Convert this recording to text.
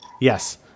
Yes